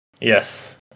yes